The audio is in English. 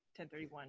1031